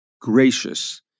gracious